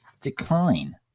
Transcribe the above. decline